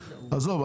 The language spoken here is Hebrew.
עזוב,